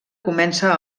comença